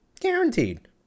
Guaranteed